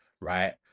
right